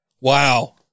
wow